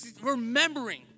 remembering